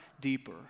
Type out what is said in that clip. deeper